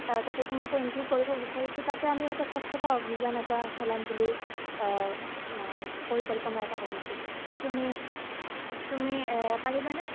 তাতে তোমাকো ইনক্লুড কৰিব বিচাৰিছোঁ তাতে আমি এটা স্বচ্ছতা অভিযান এটা চলাম বুলি পৰিকল্পনা এটা কৰিছোঁ তুমি তুমি পাৰিবানে